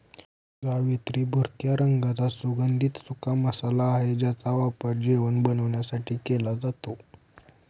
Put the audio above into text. जावेत्री भुरक्या रंगाचा सुगंधित सुका मसाला आहे ज्याचा वापर जेवण बनवण्यासाठी केला जातो